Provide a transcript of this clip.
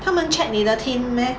他们 check 你的 tint meh